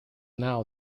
now